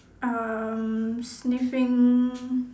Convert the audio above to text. um sniffing